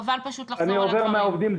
חבל פשוט לחזור על הדברים.